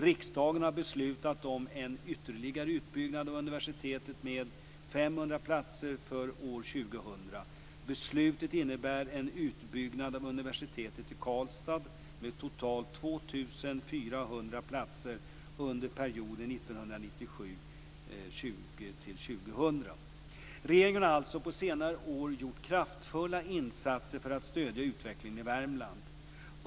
Riksdagen har beslutat om en ytterligare utbyggnad av universitetet med 500 platser för år Regeringen har alltså på senare år gjort kraftfulla insatser för att stödja utvecklingen i Värmland.